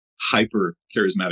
hyper-charismatic